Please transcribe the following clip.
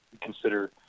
consider